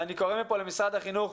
אני קורא למשרד החינוך